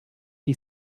die